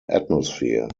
atmosphere